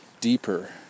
deeper